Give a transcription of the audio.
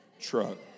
truck